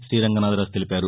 శ్రీరంగనాధరాజు తెలిపారు